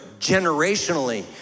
generationally